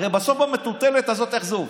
הרי בסוף במטוטלת הזאת, איך זה עובד?